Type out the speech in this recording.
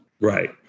Right